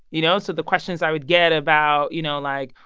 you know? so the questions i would get about, you know, like,